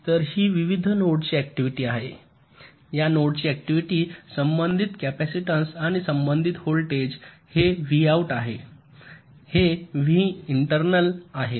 तर ही विविध नोड्सची ऍक्टिव्हिटी आहे या नोडची ऍक्टिव्हिटी संबंधित कॅपेसिटन्स आणि संबंधित व्होल्टेज हे व्हॉउट आहे हे व्ही इंटर्नल आहे